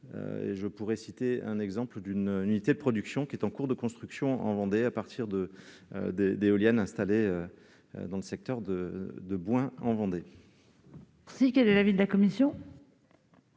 Je citerai l'exemple d'une unité de production qui est en cours de construction en Vendée, à partir d'éoliennes installées dans le secteur de Bouin. Quel est l'avis de la commission